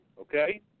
Okay